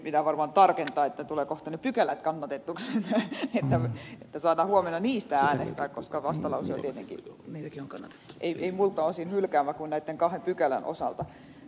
pitää varmaan tarkentaa että tulee kohta ne pykälät kannatetuiksi että saadaan huomenna niistä äänestää koska vastalause ei tietenkään ole muilta osin hylkäävä kuin näitten kahden pykälän osalta